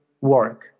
work